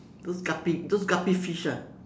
those guppy those guppy fish ah